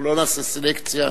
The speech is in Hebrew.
לא נעשה סלקציה.